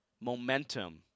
momentum